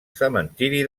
cementiri